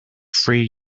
free